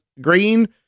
green